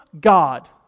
God